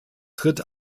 tritt